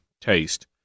taste